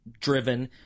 driven